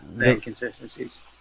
inconsistencies